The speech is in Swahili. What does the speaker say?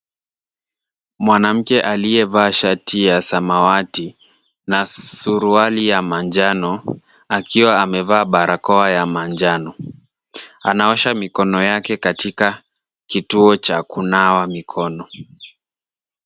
Mwanamke aliyevaa shati ya samawati na suruali ya manjano akiwa amevaa barakoa ya manjano anaosha mikono katika kituo cha kunawa mikono.